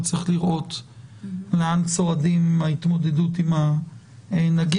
צריך לראות לאן צועדת ההתמודדות עם הנגיף.